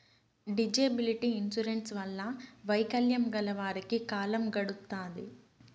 disability insurance వల్ల వైకల్యం గల వారికి కాలం గడుత్తాది